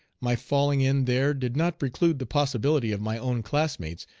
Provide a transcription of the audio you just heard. my falling in there did not preclude the possibility of my own classmates,